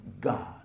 God